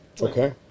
Okay